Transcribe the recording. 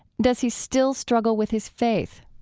does he still struggle with his faith?